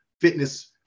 fitness